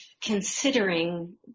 considering